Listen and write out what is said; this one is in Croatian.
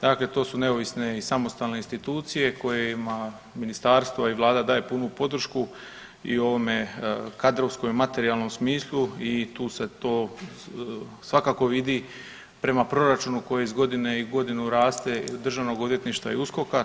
Dakle, to su neovisne i samostalne institucije kojima ministarstvo i Vlada daje punu podršku i u ovome kadrovskom i materijalnom smislu i tu se to svakako vidi prema proračunu koji iz godine u godinu raste Državnog odvjetništva i USKOK-a.